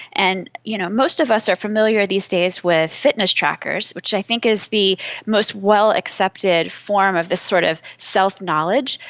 and you know most of us are familiar these days with fitness trackers, which i think is the most well accepted form of this sort of self-knowledge,